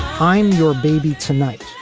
i'm your baby tonight,